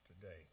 today